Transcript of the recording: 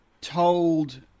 told